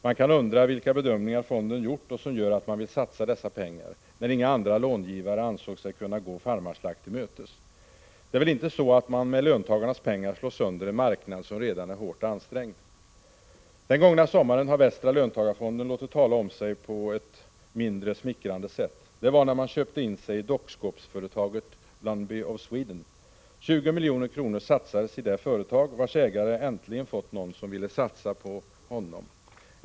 Man kan undra vilka bedömningar fonden gjort och som gör att man vill satsa dessa pengar, när inga andra långivare ansåg sig kunna gå Farmarslakt till mötes? Det är väl inte så att man med löntagarnas pengar slår sönder en marknad, som redan är hårt ansträngd? Den gångna sommaren har Västra löntagarfonden låtit tala om sig på ett mindre smickrande sätt. Det var när man köpte in sig i dockskåpsföretaget Lundby of Sweden. 20 milj.kr. satsades i det företag, vars ägare äntligen fått någon som vill satsa på hans företag.